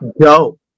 go